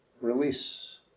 release